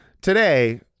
today